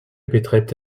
betreibt